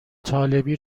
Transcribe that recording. طالبی